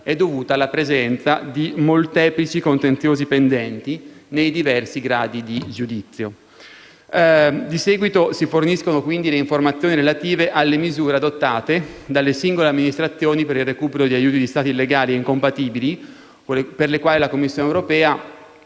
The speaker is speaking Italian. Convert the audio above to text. è dovuta alla presenza di molteplici contenziosi pendenti nei diversi gradi di giudizio. Di seguito si forniscono, quindi, le informazioni relative alle misure adottate dalle singole amministrazioni per il recupero di aiuti di Stato illegali e incompatibili per le quali la Commissione europea